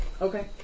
Okay